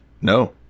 no